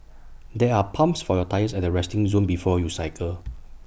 there are pumps for your tyres at the resting zone before you cycle